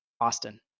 Austin